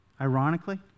ironically